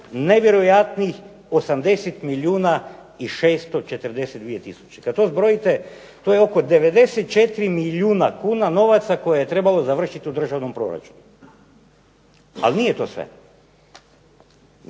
nevjerojatnih 80 milijuna i 642000. Kad to zbrojite to je oko 94 milijuna kuna novaca koje je trebalo završiti u državnom proračunu. Ali nije to sve!